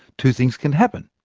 two things can happen.